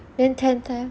then tenth leh